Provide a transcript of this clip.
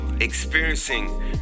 Experiencing